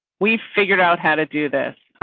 we figured out how to do this,